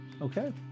Okay